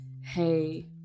Hey